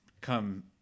come